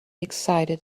excited